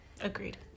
agreed